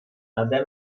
nade